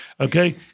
Okay